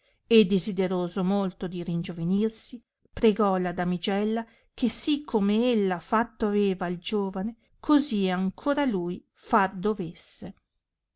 e desideroso molto di ringiovenirsi pregò la damigella che sì come ella fatto aveva al giovane così ancora a lui far dovesse